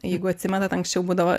jeigu atsimenat anksčiau būdavo